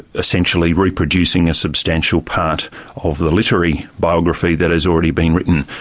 essentially reproducing a substantial part of the literary biography that has already been written?